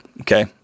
Okay